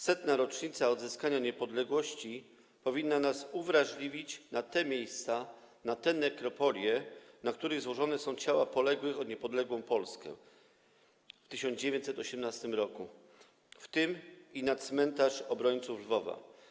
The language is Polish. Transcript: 100. rocznica odzyskania niepodległości powinna nas uwrażliwić na te miejsca, na te nekropolie, na których złożone są ciała poległych w walkach o niepodległą Polskę w 1918 r., w tym i na Cmentarz Obrońców Lwowa.